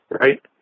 Right